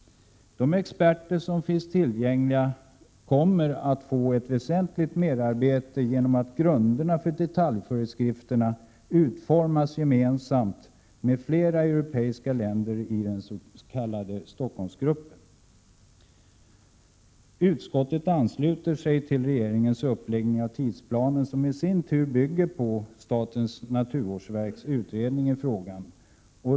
De experter som finns tillgängliga kommer att få ett väsentligt merarbete genom att grunderna för detaljföreskrifterna utformas gemensamt med flera europeiska länder inom den s.k. Stockholmsgruppen. Utskottet ansluter sig till regeringens uppläggning av tidsplanen som i sin tur bygger på statens naturvårdsverks utredning i frågan.